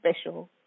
special